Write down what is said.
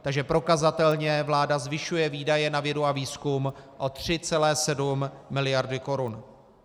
Takže prokazatelně vláda zvyšuje výdaje na vědu a výzkum o 3,7 miliardy korun.